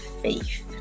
faith